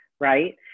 right